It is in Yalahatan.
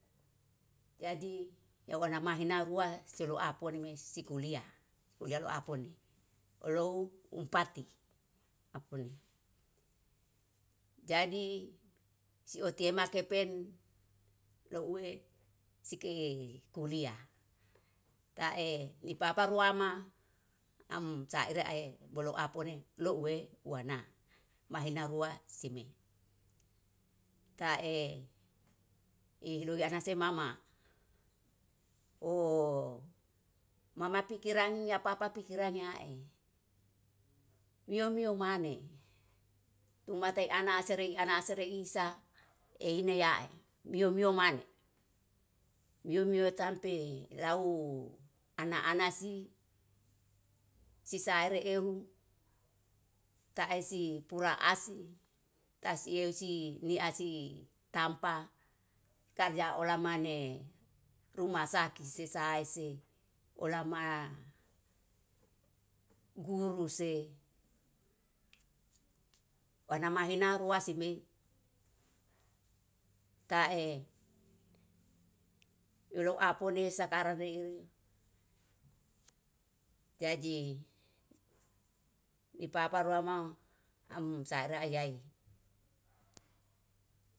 Jadi eu ana mahi rua selon apon me sikulia, kulia loapone olou umpati apone, jadi si otea ma kepen louwe sike kulia tae ipapa ruama am saire'ae bolo apone louwe uwana mahina rua sime tae, ihuloi anase mama ooo mama pikirani apa apa pikirani'ae mio mio mana tuma te anaserei anaserei isa eheni yae mio mio mane, mio mio sampe lau ana anasi, sisai re'ehu taesi pura asi tasieusi ni asi tampa karja olamane ruma saki sesaise ola ma guru'se. Wan mahina rua si mei ta'e yolo apone sakaran rei jaji ni papa ruama am saara iyai.